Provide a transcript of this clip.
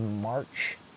March